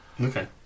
okay